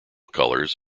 colors